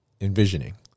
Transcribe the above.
envisioning